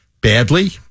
badly